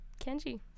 Kenji